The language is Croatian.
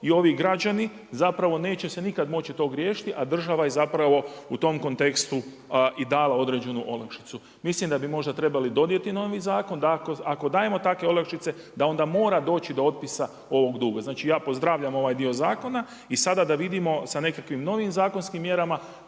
I ovi građani zapravo neće se nikad moći tog riješiti, a država je zapravo u tom kontekstu i dala određenu olakšicu. Mislim da bi možda trebali donijeti novi zakon, da ako dajemo takve olakšice da onda mora doći do otpisa ovog duga. Znači, ja pozdravljam ovaj dio zakona i sada da vidimo sa nekakvim novim zakonskim mjerama